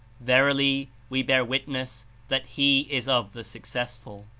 verily, we bear witness that he is of the successful.